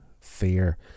fear